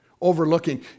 overlooking